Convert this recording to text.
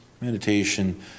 Meditation